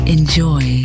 Enjoy